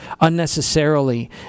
unnecessarily